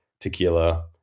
tequila